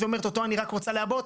ואומרת שאותו היא רק רוצה לעבות,